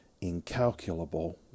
incalculable